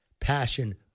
passion